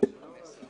שמכניסים